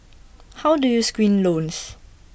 how do you screen loans